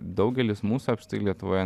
daugelis mūsų apstai lietuvoje